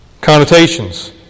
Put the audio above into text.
connotations